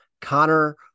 Connor